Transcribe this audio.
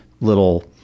little